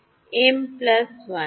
m 1 ডান